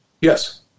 Yes